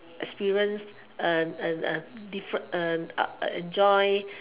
experience uh uh different uh joy